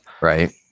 Right